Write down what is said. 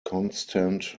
constant